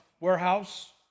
warehouse